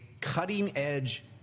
cutting-edge